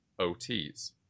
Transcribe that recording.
ot's